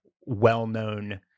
well-known